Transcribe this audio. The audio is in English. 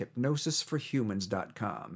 hypnosisforhumans.com